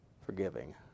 forgiving